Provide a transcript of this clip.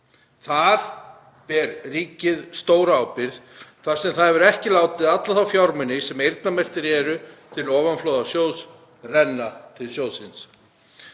Það ber ríkið stóra ábyrgð þar sem það hefur ekki látið alla þá fjármuni sem eyrnamerktir eru til ofanflóðasjóðs renna til sjóðsins.